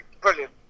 brilliant